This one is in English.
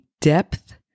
depth